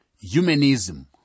Humanism